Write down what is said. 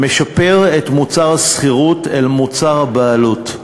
המשפרת את מוצר השכירות אל מול מוצר הבעלות,